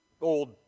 old